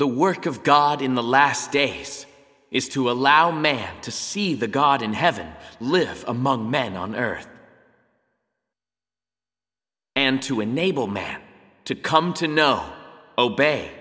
the work of god in the last days is to allow man to see the god in heaven live among men on earth and to enable men to come to know obey